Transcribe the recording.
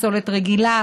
פסולת רגילה,